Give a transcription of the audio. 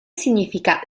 significa